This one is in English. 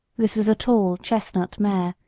this was a tall chestnut mare,